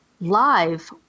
live